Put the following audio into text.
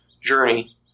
journey